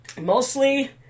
Mostly